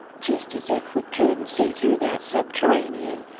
jest as if we couldn't see through that subterranean!